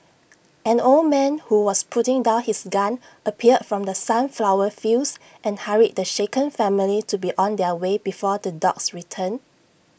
an old man who was putting down his gun appeared from the sunflower fields and hurried the shaken family to be on their way before the dogs return